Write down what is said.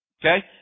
Okay